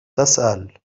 تسأل